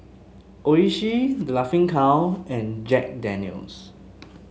Oishi The Laughing Cow and Jack Daniel's